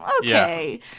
okay